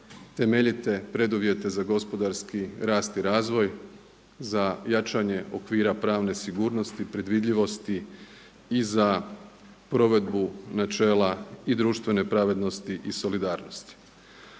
temeljite preduvjete za gospodarski rast i razvoj, za jačanje okvira pravne sigurnosti, predvidljivosti i za provedbu načela i društvene pravednosti i solidarnosti.